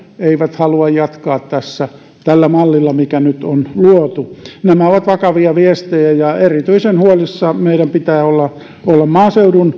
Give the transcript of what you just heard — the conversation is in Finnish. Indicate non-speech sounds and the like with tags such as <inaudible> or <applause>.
eivät halua jatkaa tällä mallilla mikä nyt on luotu nämä ovat vakavia viestejä erityisen huolissaan meidän pitää olla olla maaseudusta <unintelligible>